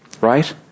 Right